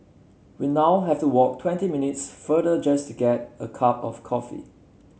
we now have to walk twenty minutes further just to get a cup of coffee